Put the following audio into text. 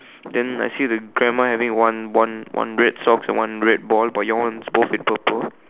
then I see the grandma having one one one red socks and one red ball but yours is both with purple